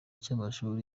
cy’amashuri